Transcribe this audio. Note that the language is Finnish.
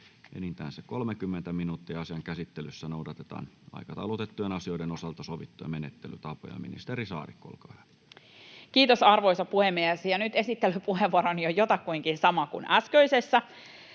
enintään 30 minuuttia. Asian käsittelyssä noudatetaan aikataulutettujen asioiden osalta sovittuja menettelytapoja. — Ministeri Saarikko, olkaa hyvä. Kiitos, arvoisa puhemies! Nyt esittelypuheenvuoroni on jotakuinkin sama kuin äskeisessä.